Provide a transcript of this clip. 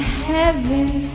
heaven